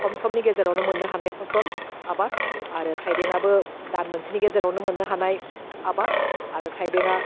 खम समनि गेजेरावनो मोननो हानाय फसल आबाद आरो थाइबेंआबो दान मोनसेनि गेजेरावनो मोननो हानाय आबाद आरो थाइबेंआ